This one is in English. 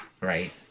Right